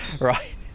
Right